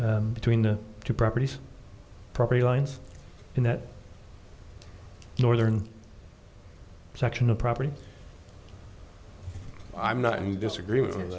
between the two properties property lines in that northern section of property i'm not in disagreement